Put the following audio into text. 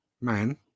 man